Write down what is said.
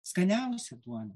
skaniausia duona